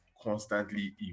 constantly